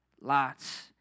lots